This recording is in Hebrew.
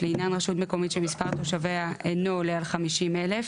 לעניין רשות מקומית שמספר תושביה אינו עולה על 50,000